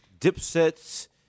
Dipset's